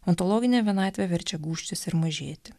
ontologinė vienatvė verčia gūžtis ir mažėti